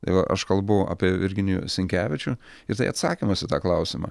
tai va aš kalbu apie virginijų sinkevičių ir tai atsakymas į tą klausimą